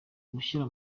gushyira